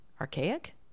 archaic